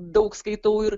daug skaitau ir